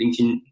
LinkedIn